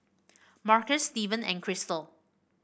Marcus Steven and Chrystal